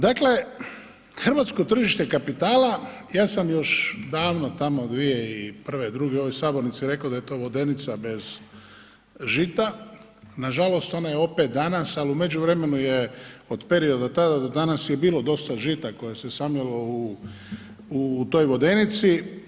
Dakle, hrvatsko tržište kapitala, ja sam još tamo davno 2001., 2002. u ovoj sabornici rekao da je to vodenice bez žita, nažalost ona je opet danas, ali u međuvremenu je od perioda tada do danas je bilo dosta žita koje se samljelo u toj vodenici.